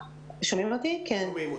שלום.